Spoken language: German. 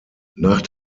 nach